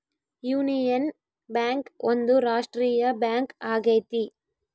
union Bank ಒಂದು ರಾಷ್ಟ್ರೀಯ bank ಆಗೈತಿ